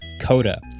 Coda